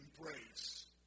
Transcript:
embrace